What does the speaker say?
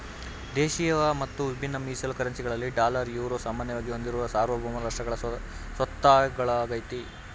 ದೇಶಿಯ ಮತ್ತು ವಿಭಿನ್ನ ಮೀಸಲು ಕರೆನ್ಸಿ ಗಳಲ್ಲಿ ಡಾಲರ್, ಯುರೋ ಸಾಮಾನ್ಯವಾಗಿ ಹೊಂದಿರುವ ಸಾರ್ವಭೌಮ ರಾಷ್ಟ್ರಗಳ ಸ್ವತ್ತಾಗಳಾಗೈತೆ